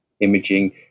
imaging